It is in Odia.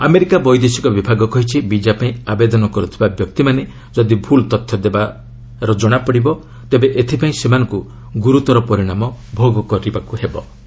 ଆମେରିକା ବୈଦେଶିକ ବିଭାଗ କହିଛି ବିଜାପାଇଁ ଆବେଦନ କରୁଥିବା ବ୍ୟକ୍ତିମାନେ ଯଦି ଭୁଲ୍ ତଥ୍ୟ ଦେବା ଜଣାପଡ଼ିବ ତେବେ ଏଥିପାଇଁ ସେମାନଙ୍କୁ ଗୁରୁତର ପରିଣାମ ଭୋଗ କରିବାକୁ ପଡ଼ିବ